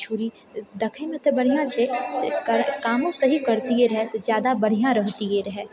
छुरी देखयमे तऽ बढ़िआँ छै कामो सही करतियै रहए तऽ ज्यादा बढ़िआँ रहितियै रहए